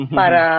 para